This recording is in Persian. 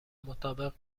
مطابق